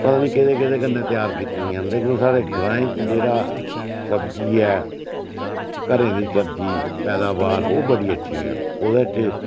पता नी केह्दे केह्दे कन्नै त्यार कीती दियां न लेकिन साढ़े ग्राएं च जेह्ड़ा सब्जी ऐ घरै दी सब्जी पैदावार ओह् बड़ी अच्छी ऐ ओह्दे च